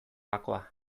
bakoa